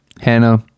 Hannah